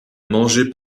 mangé